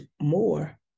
more